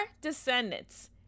descendants